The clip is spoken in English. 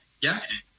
Yes